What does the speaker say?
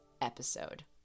episode